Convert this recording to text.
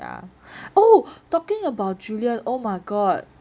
yeah oh talking about julian oh my god